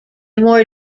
more